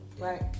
Right